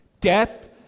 death